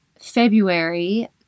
February